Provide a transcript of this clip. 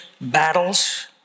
battles